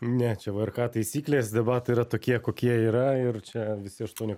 ne čia vrk taisyklės debatai yra tokie kokie yra ir čia visi aštuoni